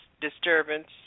disturbance